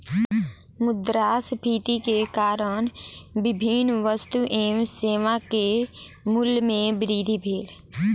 मुद्रास्फीति के कारण विभिन्न वस्तु एवं सेवा के मूल्य में वृद्धि भेल